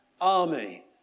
army